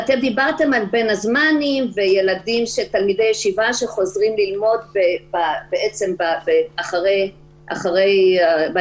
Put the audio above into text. דיברתם על בין הזמנים ותלמידי ישיבה שחוזרים ללמוד ב-23 באוגוסט,